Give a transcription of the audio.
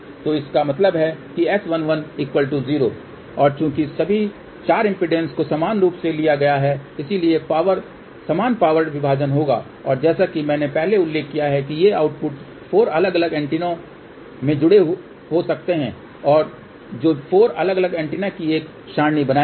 तो इसका मतलब है कि S11 0 और चूंकि सभी 4 इम्पीडेन्सेस को समान रूप से लिया गया है इसलिए समान पावर विभाजन होगा और जैसा कि मैंने पहले उल्लेख किया है कि ये आउटपुट 4 अलग अलग एंटेना से जुड़े हो सकते हैं और जो 4 अलग अलग एंटेना की एक सरणी बनाएंगे